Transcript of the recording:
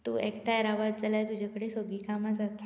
तूं एकठांय रावत जाल्यार तुजे कडेन सगळीं कामां जातात